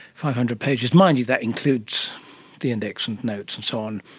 five hundred pages, mind you that includes the index and notes and so on.